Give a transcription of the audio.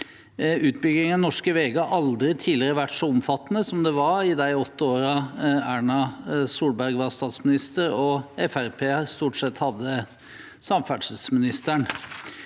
Utbyggingen av norske veier har aldri tidligere vært så omfattende som den var i de åtte årene Erna Solberg var statsminister og Fremskrittspartiet stort sett hadde samferdselsministeren.